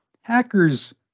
hackers